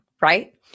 right